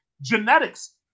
genetics